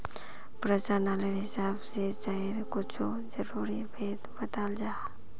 प्रचालानेर हिसाब से चायर कुछु ज़रूरी भेद बत्लाल जाहा